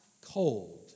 cold